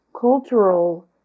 cultural